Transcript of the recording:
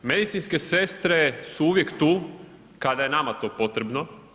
Medicinske sestre su uvijek tu kada je nama to potrebno.